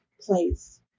place